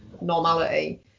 normality